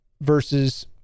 versus